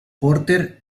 porter